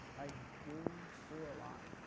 i do do a lot.